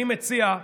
אני מציע,